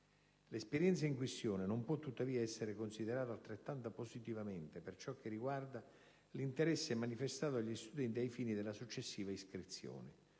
L'esperienza in questione non può tuttavia essere considerata altrettanto positivamente per ciò che riguarda l'interesse manifestato dagli studenti ai fini della successiva iscrizione: